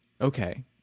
okay